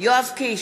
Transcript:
יואב קיש,